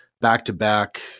back-to-back